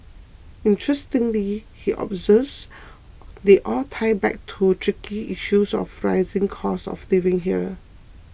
interestingly he observes they all tie back to tricky issue of the rising cost of living here